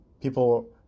people